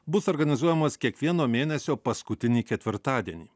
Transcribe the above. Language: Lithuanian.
bus organizuojamos kiekvieno mėnesio paskutinį ketvirtadienį